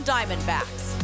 Diamondbacks